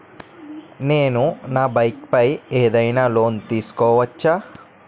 నేను నా బైక్ పై ఏదైనా లోన్ తీసుకోవచ్చా?